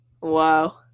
Wow